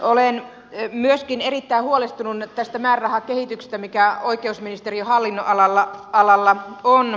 olen myöskin erittäin huolestunut tästä määrärahakehityksestä mikä oikeusministeriön hallinnonalalla on